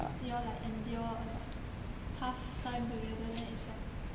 cause you all like endure a tough time together then it's like